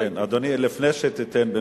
גם דברים שאני מאוד לא מסכים אתם,